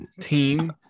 team